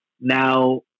Now